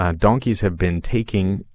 ah donkeys have been taking,